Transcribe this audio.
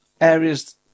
areas